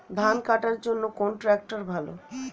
ধান কাটার জন্য কোন ট্রাক্টর ভালো?